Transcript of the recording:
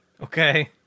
Okay